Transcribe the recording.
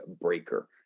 breaker